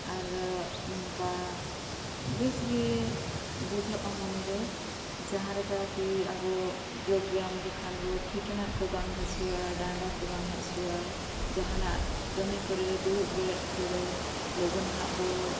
ᱟᱨ ᱱᱚᱝᱠᱟ ᱵᱮᱥᱜᱮ ᱵᱩᱡᱷᱟᱹᱜᱼᱟ ᱢᱚᱱᱮᱨᱮ ᱡᱟᱦᱟᱸ ᱞᱮᱠᱟ ᱠᱤ ᱟᱵᱚ ᱡᱳᱜ ᱵᱮᱭᱟᱢ ᱞᱮᱠᱷᱟᱱ ᱵᱚᱱ ᱴᱷᱤᱴᱲᱟᱜ ᱠᱚ ᱵᱟᱝ ᱦᱟᱹᱥᱩᱣᱟ ᱰᱟᱸᱰᱟ ᱠᱚ ᱵᱟᱝ ᱦᱟᱹᱥᱩᱣᱟ ᱡᱟᱦᱟᱱᱟᱜ ᱠᱟᱹᱢᱤ ᱠᱚᱨᱮ ᱫᱩᱲᱩᱵ ᱵᱮᱨᱮᱫ ᱠᱚᱨᱮ ᱞᱚᱜᱚᱱ ᱦᱟᱸᱜ ᱵᱚ